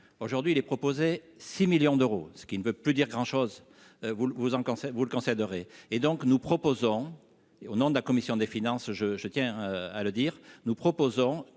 aujourd'hui, il est proposé 6 millions d'euros, ce qui ne veut plus dire grand chose, vous vous en pensez-vous le Conseil et donc nous proposons au nom de la commission des finances je, je tiens à le dire, nous proposons